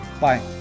Bye